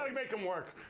make them work.